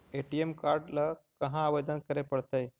ATM card ल कहा आवेदन करे पड़तै?